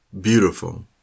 Beautiful